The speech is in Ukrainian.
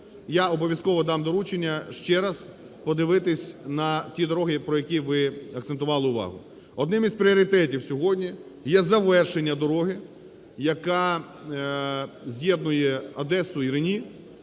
Я обов'язково дам доручення ще раз подивитися на ті дороги, про які ви акцентували увагу. Одним із пріоритетів сьогодні є завершення дороги, яка з'єднує Одесу і Рені